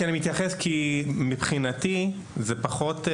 אני מתייחס כי מבחינתי זה פחות,